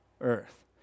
earth